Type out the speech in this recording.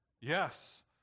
Yes